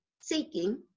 seeking